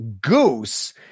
goose